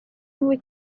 muy